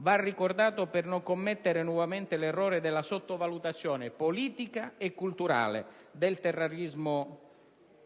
Va ricordato per non commettere nuovamente l'errore della sottovalutazione politica e culturale del terrorismo